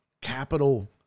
capital